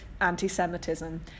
anti-Semitism